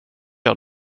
jag